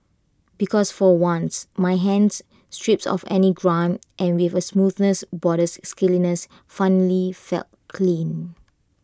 because for once my hands stripped of any grime and with A smoothness borders scaliness finally felt clean